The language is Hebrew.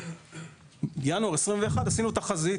בינואר 2021 עשינו תחזית